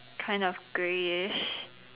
kind of grayish